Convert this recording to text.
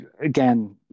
again